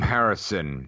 Harrison